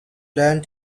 learn